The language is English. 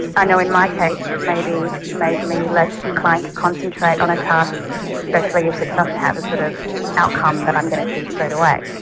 i know in my case maybe made me less inclined to concentrate on a task especially if it doesn't have a sort of outcome that but i'm going to see straight away.